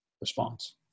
response